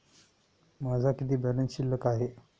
माझा किती बॅलन्स शिल्लक आहे?